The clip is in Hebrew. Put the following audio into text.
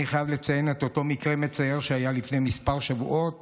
אני חייב לציין את המקרה המצער שהיה לפני כמה שבועות